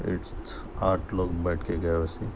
eighth آٹھ لوگ بیٹھ کے گیا ویسے